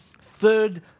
third